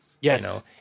Yes